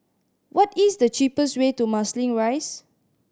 what is the cheapest way to Marsiling Rise